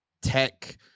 tech